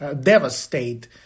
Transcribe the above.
devastate